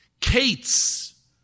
Kate's